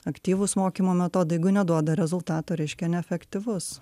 aktyvūs mokymo metodai jeigu neduoda rezultato reiškia neefektyvus